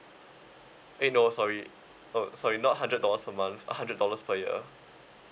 eh no sorry uh sorry not hundred dollars per month a hundred dollars per year